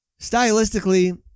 Stylistically